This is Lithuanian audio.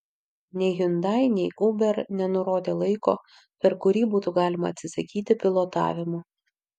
nei hyundai nei uber nenurodė laiko per kurį būtų galima atsisakyti pilotavimo